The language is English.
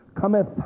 cometh